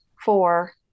four